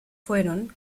fueron